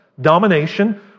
domination